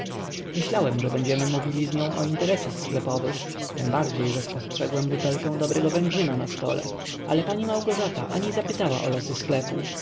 myślałem że będziemy mówili z nią o interesach sklepowych tembardziej że spostrzegłem butelkę dobrego węgrzyna na stole ale pani małgorzata ani zapytała o losy sklepu